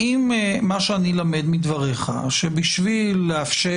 האם מה שאני למד מדבריך שבשביל לאפשר